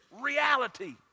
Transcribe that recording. reality